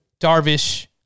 Darvish